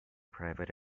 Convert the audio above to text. private